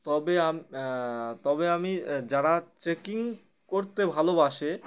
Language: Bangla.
তবে তবে আমি যারা চেকিং করতে ভালোবাসে